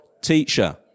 teacher